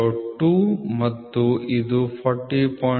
002 ಮತ್ತು ಇದು 40